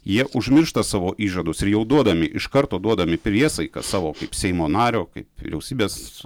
jie užmiršta savo įžadus ir jau duodami iš karto duodami priesaiką savo kaip seimo nario kaip vyriausybės